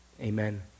Amen